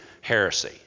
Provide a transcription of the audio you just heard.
heresy